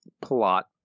plot